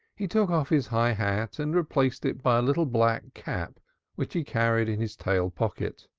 he took off his high hat and replaced it by a little black cap which he carried in his tail pocket.